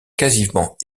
quasiment